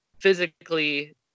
physically